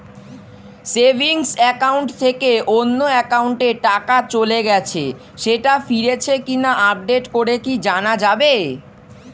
Savings account থেকে অন্য একাউন্টে টাকা চলে গেছে সেটা ফিরেছে কিনা আপডেট করে কি জানা যাবে?